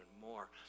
more